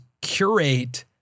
curate